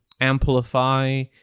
amplify